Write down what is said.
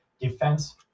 defense